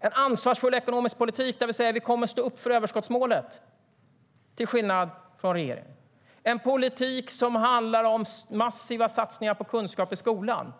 Det är en ansvarsfull ekonomisk politik där vi till skillnad från regeringen säger att vi kommer att stå upp för överskottsmålet. Det är en politik som handlar om massiva satsningar på kunskap i skolan.